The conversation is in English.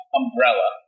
umbrella